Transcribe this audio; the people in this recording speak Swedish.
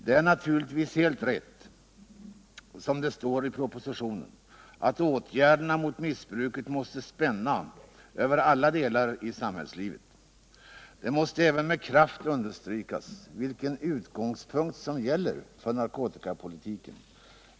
Det är naturligtvis helt rätt som det står i propositionen, att åtgärderna mot missbruket måste spänna över alla delar i samhällslivet. Det måste även med kraft understrykas vilken utgångspunkt som gäller för narkotikapolitiken.